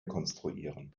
konstruieren